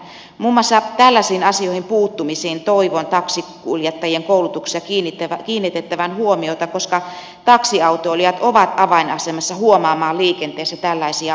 muun muassa tällaisiin asioihin puuttumisiin toivon taksinkuljettajien koulutuksessa kiinnitettävän huomiota koska taksiautoilijat ovat avainasemassa huomaamaan liikenteessä tällaisia asioita